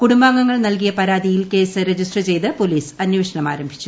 കുടുംബാംഗങ്ങൾ നൽകിയ പരാതിയിൽ കേസ് രജിസ്റ്റർ ചെയ്ത് പോലീസ് അന്വേഷണം ആരംഭിച്ചു